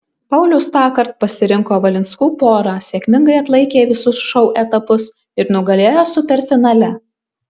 paulius tąkart pasirinko valinskų porą sėkmingai atlaikė visus šou etapus ir nugalėjo superfinale